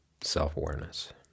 self-awareness